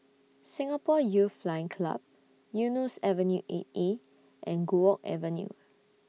Singapore Youth Flying Club Eunos Avenue eight A and Guok Avenue